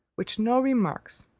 which no remarks,